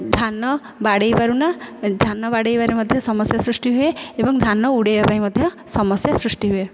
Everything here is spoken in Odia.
ଧାନ ବାଡ଼େଇ ପାରୁନା ଧାନ ବାଡ଼େଇବାରେ ମଧ୍ୟ ସମସ୍ୟା ସୃଷ୍ଟି ହୁଏ ଏବଂ ଧାନ ଉଡ଼େଇବା ପାଇଁ ମଧ୍ୟ ସମସ୍ୟା ସୃଷ୍ଟି ହୁଏ